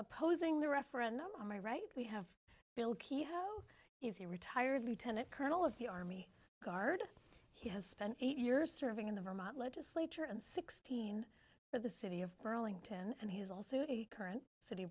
opposing the referendum on my right we have bill key ho is a retired lieutenant colonel of the army guard he has spent eight years serving in the vermont legislature and sixteen but the city of burlington and he's also a current city